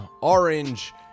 orange